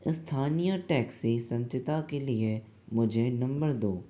स्थानीय टैक्सी संचिता के लिए मुझे नंबर दो